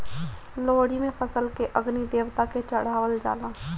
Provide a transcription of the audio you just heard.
लोहड़ी में फसल के अग्नि देवता के चढ़ावल जाला